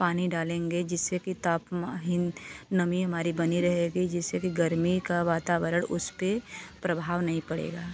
पानी डालेंगे जिससे कि तापमान हीन नमी हमारी बनी रहेगी जिससे कि गर्मी का वातावरण उसपे प्रभाव नहीं पड़ेगा